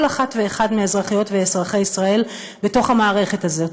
אחת ואחד מאזרחיות ואזרחי ישראל בתוך המערכת הזאת,